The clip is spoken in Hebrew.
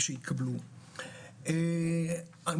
יש